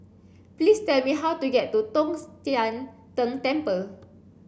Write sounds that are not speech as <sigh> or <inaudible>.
please tell me how to get to Tong <unintelligible> Sian Tng Temple